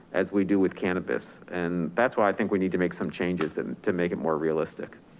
as we do with cannabis, and that's why i think we need to make some changes and to make it more realistic.